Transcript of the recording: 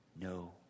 no